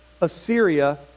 Assyria